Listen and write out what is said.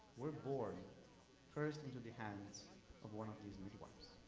were born first into the hands of one of these midwives.